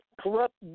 corrupt